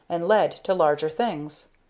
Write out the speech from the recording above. and led to larger things.